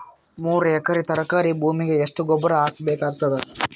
ಮೂರು ಎಕರಿ ತರಕಾರಿ ಭೂಮಿಗ ಎಷ್ಟ ಗೊಬ್ಬರ ಹಾಕ್ ಬೇಕಾಗತದ?